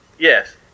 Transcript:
Yes